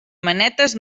manetes